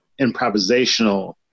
improvisational